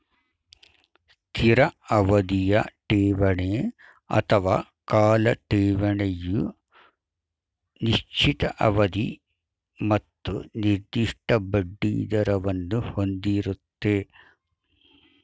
ಸ್ಥಿರ ಅವಧಿಯ ಠೇವಣಿ ಅಥವಾ ಕಾಲ ಠೇವಣಿಯು ನಿಶ್ಚಿತ ಅವಧಿ ಮತ್ತು ನಿರ್ದಿಷ್ಟ ಬಡ್ಡಿದರವನ್ನು ಹೊಂದಿರುತ್ತೆ